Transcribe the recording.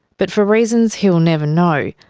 but for reasons he'll never know,